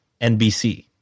NBC